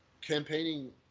Campaigning